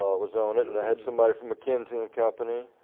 ah was on it and i had somebody from mckenton company.